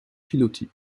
pilotis